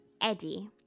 Eddie